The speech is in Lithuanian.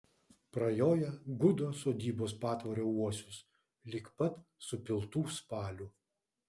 prajoja gudo sodybos patvorio uosius lig pat supiltų spalių